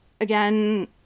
Again